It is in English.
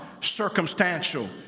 circumstantial